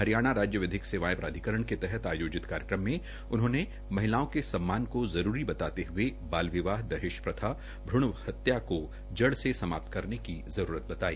हरियाणा राजस्व विधिक सेवायें प्राधिकरण के तहत आयोजित कार्यक्रम में उन्होंने महिलाओं के सम्मान को जरूरी बताते हये बाल विवाह दहेज प्रथा भ्रण हत्या को जड़ से समाप्त करने की जरूरत बताई